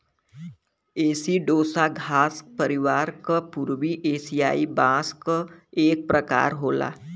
एसिडोसा घास परिवार क पूर्वी एसियाई बांस क एक प्रकार होला